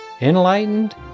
enlightened